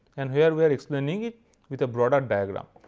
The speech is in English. and here we are explaining it with a broader diagram.